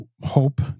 hope